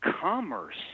commerce